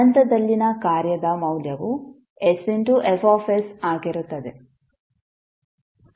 ಅನಂತದಲ್ಲಿನ ಕಾರ್ಯದ ಮೌಲ್ಯವು sFs ಆಗಿರುತ್ತದೆ